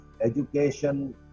education